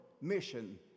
mission